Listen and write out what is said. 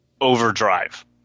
Overdrive